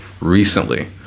recently